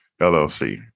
LLC